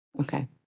Okay